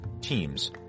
teams